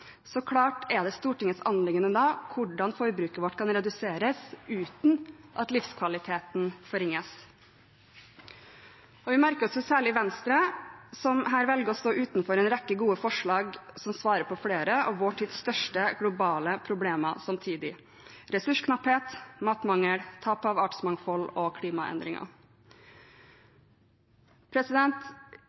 Så klart er det Stortingets anliggende da hvordan forbruket vårt kan reduseres uten at livskvaliteten forringes. Vi merker oss særlig at Venstre her velger å stå utenfor en rekke gode forslag som svarer på flere av vår tids største globale problemer samtidig: ressursknapphet, matmangel, tap av artsmangfold og klimaendringer.